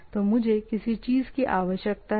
तो मुझे किस चीज की आवश्यकता है